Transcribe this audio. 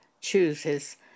chooses